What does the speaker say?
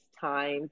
time